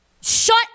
Shut